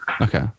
Okay